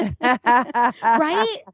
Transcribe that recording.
right